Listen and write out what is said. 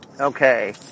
Okay